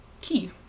key